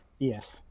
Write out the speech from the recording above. Yes